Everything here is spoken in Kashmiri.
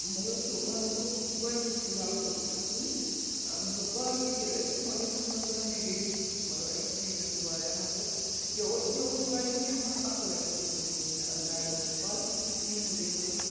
مطلب سُہ وَنو بہٕ گۄڈنیُک پروڈَکٹ اوس مےٚ سُے بہٕ باقٕے تہِ ٲسۍ تہِ مگر تَتھ منٛز چھِ تھوڑا نیگیٹِو تہِ مطلب ایٚکسپیٖریَنس واریاہ مگر یہِ یہِ اوس گۄڈنیُک یَتھ منٛز اَصٕل ایٚکسپیٖریَنٕس روٗد مےٚ اَتھ بیگَس منٛز باقٕے چھِ کریٖمہٕ وم مطلب